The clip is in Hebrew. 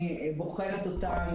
אני בוחנת אותן